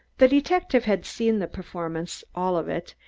the detective had seen the performance, all of it,